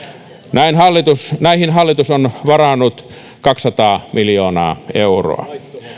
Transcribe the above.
näihin hallitus on varannut kaksisataa miljoonaa euroa